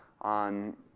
on